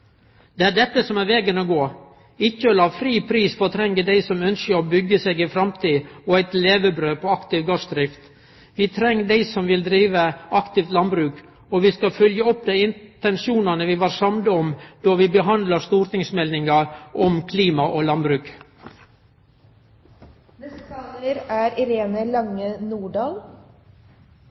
Det er dette som er vegen å gå, ikkje å la fri pris fortrengje dei som ønskjer å byggje seg ei framtid og skaffe seg eit levebrød på aktiv gardsdrift. Vi treng dei som vil drive aktivt landbruk, og vi skal følgje opp dei intensjonane vi var samde om då vi behandla stortingsmeldinga om klima og